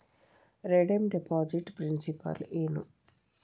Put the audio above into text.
redeem deposit principal ಏನು